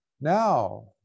Now